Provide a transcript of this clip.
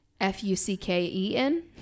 F-U-C-K-E-N